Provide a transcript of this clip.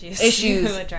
issues